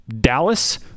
Dallas